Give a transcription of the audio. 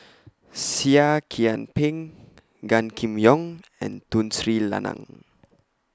Seah Kian Peng Gan Kim Yong and Tun Sri Lanang